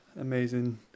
amazing